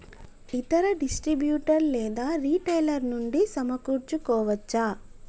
ఇతర డిస్ట్రిబ్యూటర్ లేదా రిటైలర్ నుండి సమకూర్చుకోవచ్చా?